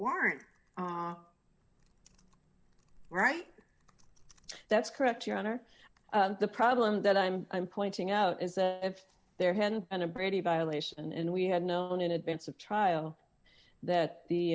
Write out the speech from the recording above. warrant right that's correct your honor the problem that i'm i'm pointing out is that if there hadn't been a brady violation and we had known in advance of trial that the